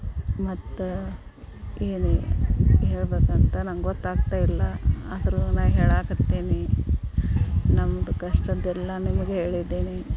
ಮತ್ತು ಏನು ಹೇಳಬೇಕಂತ ನಂಗೆ ಗೊತ್ತಾಗ್ತಾ ಇಲ್ಲ ಆದರೂ ನಾ ಹೇಳಕ್ಕತ್ತೀನಿ ನಮ್ಮದು ಕಷ್ಟದ್ದೆಲ್ಲ ನಿಮಗೆ ಹೇಳಿದ್ದೀನಿ